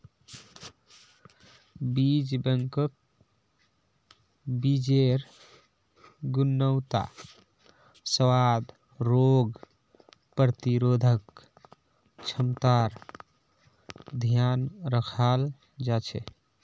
बीज बैंकत बीजेर् गुणवत्ता, स्वाद, रोग प्रतिरोधक क्षमतार ध्यान रखाल जा छे